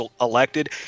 elected